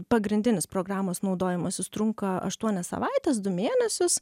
pagrindinis programos naudojimasis trunka aštuonias savaites du mėnesius